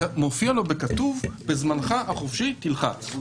מופיע לו בכתוב: "בזמנך החופשי תלחץ".